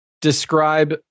describe